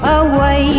away